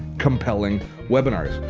compelling webinars.